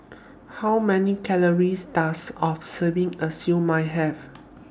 How Many Calories Does A Serving of Siew Mai Have